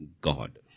god